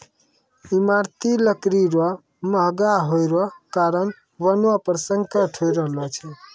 ईमारती लकड़ी रो महगा होय रो कारण वनो पर संकट होय रहलो छै